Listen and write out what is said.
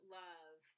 love